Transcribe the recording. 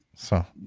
so.